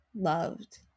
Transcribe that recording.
loved